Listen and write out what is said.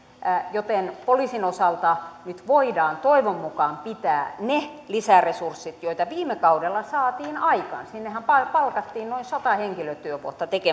joten poliisin osalta nyt voidaan toivon mukaan pitää ne lisäresurssit joita viime kaudella saatiin aikaan sinnehän palkattiin noin sata henkilötyövuotta tekemään